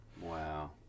wow